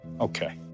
Okay